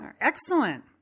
Excellent